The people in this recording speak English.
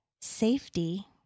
Safety